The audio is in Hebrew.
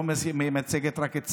היא לא מייצגת רק את סח'נין,